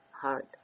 hard